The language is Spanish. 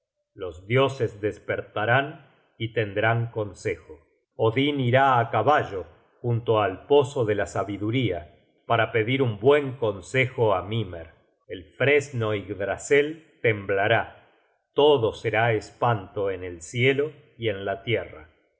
los dioses despertarán y tendrán consejo odin irá á caballo junto al pozo de la sabiduría para pedir un buen consejo á mimer el fresno yggdrasel temblará todo será espanto en el cielo y en la tierra